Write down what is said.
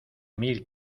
mil